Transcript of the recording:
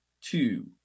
two